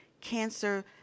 Cancer